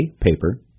paper